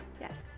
Yes